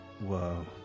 Whoa